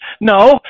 No